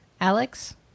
Alex